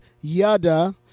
Yada